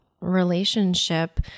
relationship